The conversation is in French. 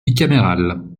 bicaméral